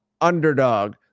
Underdog